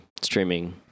Streaming